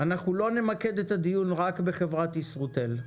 אנחנו לא נמקד את הדיון רק בחברת ישרוטל.